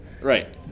Right